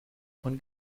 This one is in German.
von